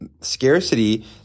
scarcity